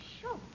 sure